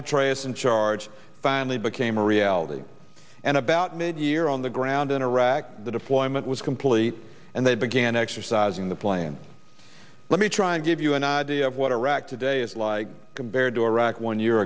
petraeus in charge finally became a reality and about mid year on the ground in iraq the deployment was complete and they began exercising the plan let me try and give you an idea of what iraq today is like compared to iraq one year